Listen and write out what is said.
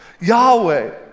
Yahweh